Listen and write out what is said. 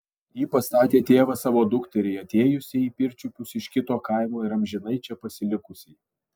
jį pastatė tėvas savo dukteriai atėjusiai į pirčiupius iš kito kaimo ir amžinai čia pasilikusiai